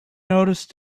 noticed